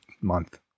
month